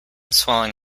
swelling